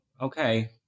Okay